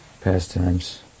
pastimes